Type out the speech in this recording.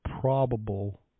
probable